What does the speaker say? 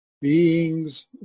Beings